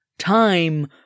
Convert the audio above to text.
Time